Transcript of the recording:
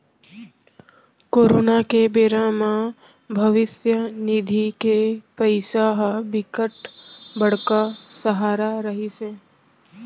corona के बेरा म भविस्य निधि के पइसा ह बिकट बड़का सहारा रहिस हे